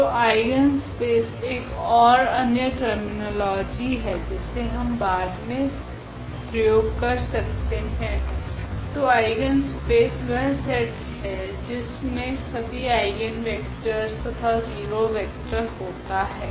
तो आइगनस्पेस एक ओर अन्य टेर्मिनोलोजी है जिसे हम बाद मे प्रयोग कर सकते है तो आइगनस्पेस वह सेट है जिसमे सभी आइगनवेक्टरस तथा 0 वेक्टर होता है